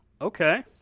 okay